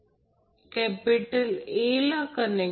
81 असेल परंतु प्रत्यक्षात कोणतीही शंका किंवा काहीही नसावे